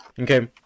Okay